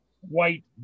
white